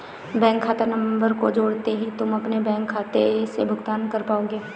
bank खाता number को जोड़ते ही तुम अपने बैंक खाते से भुगतान कर पाओगे